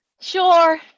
sure